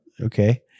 Okay